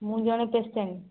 ମୁଁ ଜଣେ ପେସେଣ୍ଟ୍